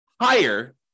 higher